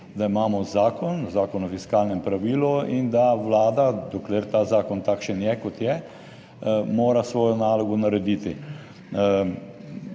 da imamo zakon, Zakon o fiskalnem pravilu, in da Vlada, dokler ta zakon takšen je, kot je, mora svojo nalogo narediti.